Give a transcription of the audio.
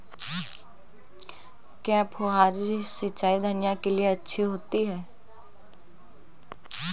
क्या फुहारी सिंचाई धनिया के लिए अच्छी होती है?